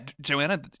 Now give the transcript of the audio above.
joanna